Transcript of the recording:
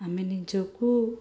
ଆମେ ନିଜକୁ